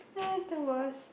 that's the worst